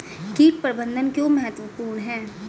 कीट प्रबंधन क्यों महत्वपूर्ण है?